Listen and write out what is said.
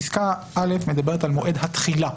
פסקה (א) מדברת על מועד התחילה,